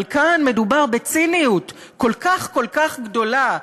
אבל כאן מדובר בציניות כל כך כל כך גדולה.